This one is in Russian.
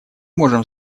можем